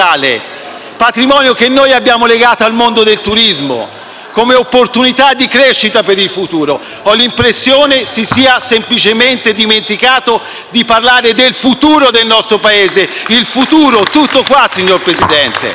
patrimonio che abbiamo legato al mondo del turismo come opportunità di crescita per il futuro. Ho l'impressione che si sia semplicemente dimenticato di parlare del futuro del nostro Paese: del futuro, tutto qua, signor Presidente.